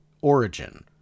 origin